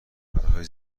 پرهای